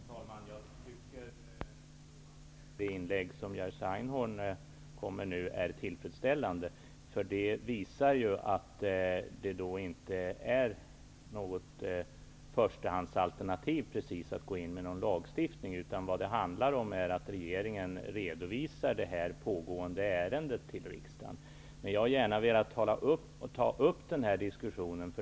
Herr talman! Det inlägg som Jerzy Einhorn kom med nu är tillfredsställande. Det visar att det inte är något förstahandsalternativ att gå in med lagstiftning. Vad det handlar om är att regeringen skall redovisa det pågående arbetet i detta ärende till riksdagen. Jag vill gärna ta upp denna diskussion.